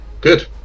good